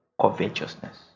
covetousness